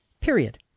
Period